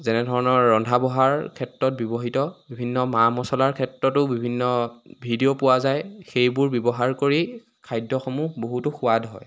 যেনেধৰণৰ ৰন্ধা বঢ়াৰ ক্ষেত্ৰত ব্যৱহৃত বিভিন্ন মা মছলাৰ ক্ষেত্ৰতো বিভিন্ন ভিডিঅ' পোৱা যায় সেইবোৰ ব্যৱহাৰ কৰি খাদ্যসমূহ বহুতো সোৱাদ হয়